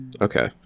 Okay